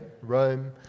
Rome